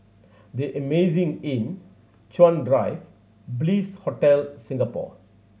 The Amazing Inn Chuan Drive Bliss Hotel Singapore